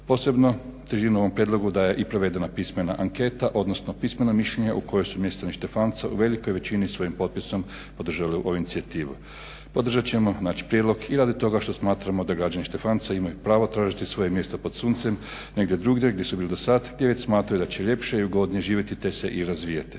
Posebno težinu ovom prijedlogu daje i provedena pismena anketa, odnosno pismeno mišljenje u kojem su mještani Štefanca u velikoj većini svojim potpisom podržali ovu inicijativu. Podržat ćemo znači prijedlog i radi toga što smatramo da građani Štefanca imaju pravo tražiti svoje mjesto pod suncem negdje drugdje gdje su bili do sad, gdje već smatraju da će ljepše i ugodnije živjeti te se i razvijati.